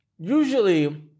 Usually